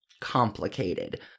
complicated